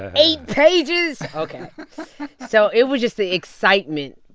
ah eight pages? ok so it was just the excitement,